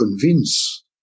convince